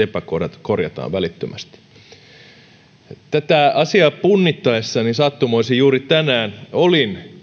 epäkohdat korjataan välittömästi tätä asiaa punnittaessa sattumoisin juuri tänään olin